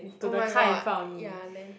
oh my god ya then